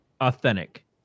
authentic